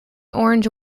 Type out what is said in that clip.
orange